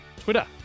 Twitter